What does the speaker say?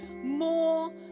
more